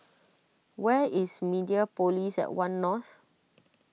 where is Mediapolis at one North